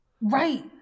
Right